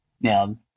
Now